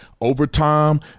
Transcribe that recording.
overtime